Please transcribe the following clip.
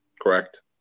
Correct